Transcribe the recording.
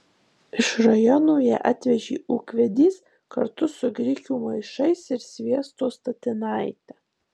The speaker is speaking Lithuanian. iš rajono ją atvežė ūkvedys kartu su grikių maišais ir sviesto statinaite